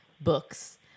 books